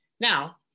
now